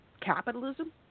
capitalism